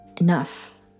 Enough